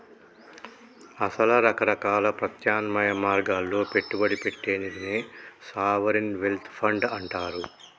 అసల రకరకాల ప్రత్యామ్నాయ మార్గాల్లో పెట్టుబడి పెట్టే నిదినే సావరిన్ వెల్త్ ఫండ్ అంటారు